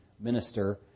minister